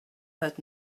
heard